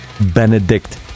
Benedict